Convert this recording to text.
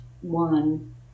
one